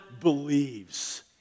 believes